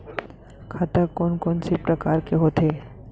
खाता कोन कोन से परकार के होथे?